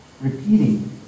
repeating